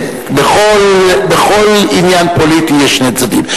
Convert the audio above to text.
בכל עניין פוליטי יש שני צדדים.